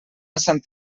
sant